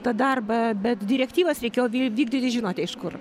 tą darbą bet direktyvas reikėjo vyl vykdyti žinote iš kur